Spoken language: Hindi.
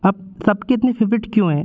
आप सबके इतने फेवरेट क्यों हैं